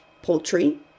Poultry